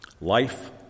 life